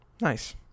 nice